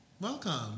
welcome